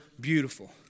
beautiful